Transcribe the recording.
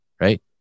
right